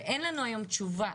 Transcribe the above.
ואין לנו היום תשובה,